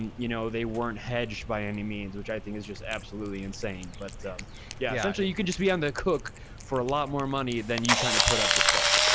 and you know, they weren't hedged by any means, which i think is just absolutely insane. but yeah, essentially you could just be on the cook for a lot more money than you kind of put up to start.